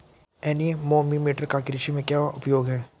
Anemometer का कृषि में क्या उपयोग है?